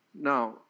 Now